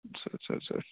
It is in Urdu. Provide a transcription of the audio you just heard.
اچھا چھا چھا